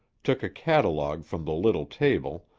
took a catalogue from the little table,